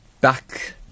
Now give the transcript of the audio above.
back